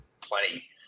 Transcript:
plenty